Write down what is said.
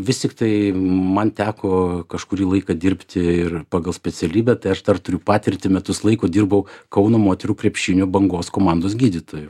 vis tiktai man teko kažkurį laiką dirbti ir pagal specialybę tai aš dar turiu patirtį metus laiko dirbau kauno moterų krepšinio bangos komandos gydytoju